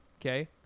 Okay